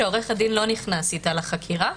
שעורך הדין לא נכנס איתה לחקירה.